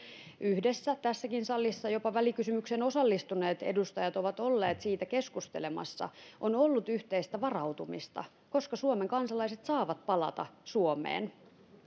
yhdessä tässä salissa jopa välikysymykseen osallistuneet edustajat ovat olleet siitä keskustelemassa on ollut yhteistä varautumista koska suomen kansalaiset saavat palata suomeen